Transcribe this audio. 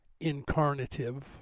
incarnative